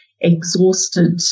exhausted